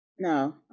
No